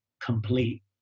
complete